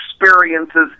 experiences